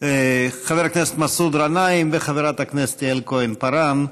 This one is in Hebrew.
לחבר הכנסת מסעוד גנאים ולחברת הכנסת יעל כהן-פארן,